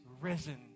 risen